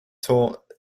taught